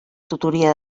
tutoria